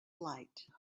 light